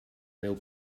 meu